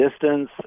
distance